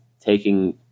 taking